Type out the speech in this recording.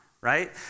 right